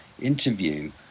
interview